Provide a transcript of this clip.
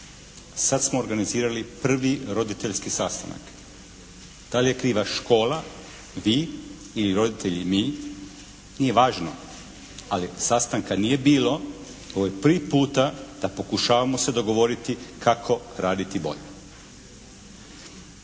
Sad smo organizirali prvi roditeljski sastanak. Da li je kriva škola, vi ili roditelji, mi? Nije važno. Ali sastanka nije bilo. Ovo je prvi puta da pokušavamo se dogovoriti kako raditi bolje.